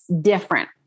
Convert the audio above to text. different